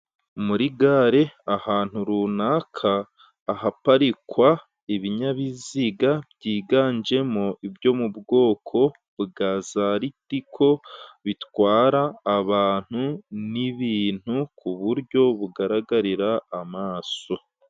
Muri gare, ahantu runaka, ahaparikwa ibinyabiziga byiganjemo ibyo mu bwoko bwa za ritiko bitwara abantu n'ibintu, ku buryo bugaragarira amaso.